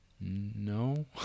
No